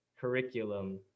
curriculum